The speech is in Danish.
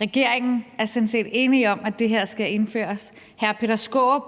regeringen er sådan set enige om, at det her skal indføres, hr. Peter Skaarup